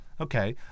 Okay